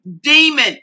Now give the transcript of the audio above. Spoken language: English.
demon